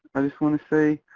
i just wanna say